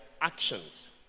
actions